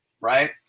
Right